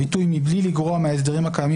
הביטוי 'מבלי לגרוע מההסדרים הקיימים